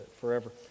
forever